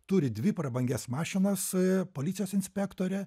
turi dvi prabangias mašinas e policijos inspektorė